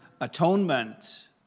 atonement